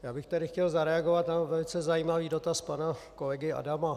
Já bych tady chtěl zareagovat na velice zajímavý dotaz pana kolegy Adama.